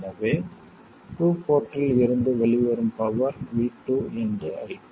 எனவே டூ போர்ட்டில் இருந்து வெளிவரும் பவர் v2 i2